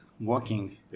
walking